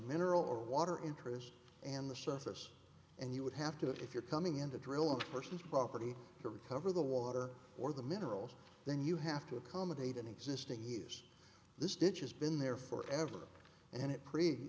mineral or water interest and the surface and you would have to if you're coming in to drill a person's property to recover the water or the minerals then you have to accommodate an existing use this ditches been there for ever and it pre